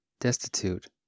destitute